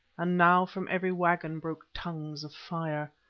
and now from every waggon broke tongues of fire.